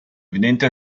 evidenti